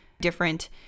different